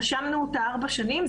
נשמנו אותה ארבע שנים.